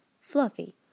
fluffy